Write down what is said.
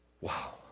Wow